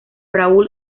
raúl